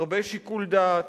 הרבה שיקול דעת,